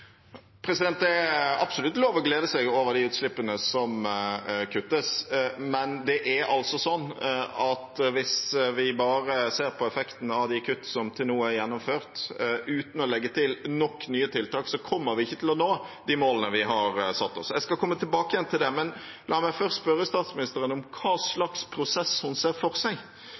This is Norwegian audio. Det er absolutt lov å glede seg over de utslippene som kuttes, men det er altså sånn at hvis vi bare ser på effekten av de kuttene som til nå er gjennomført, uten å legge til nok nye tiltak, kommer vi ikke til å nå de målene vi har satt oss. Jeg skal komme tilbake til det. La meg først spørre statsministeren om hva slags prosess hun ser for seg.